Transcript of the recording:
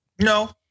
No